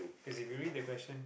cause if you read the question